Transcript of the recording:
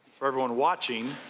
for everyone watching,